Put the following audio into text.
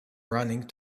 running